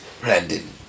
Brandon